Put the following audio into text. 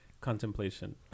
contemplation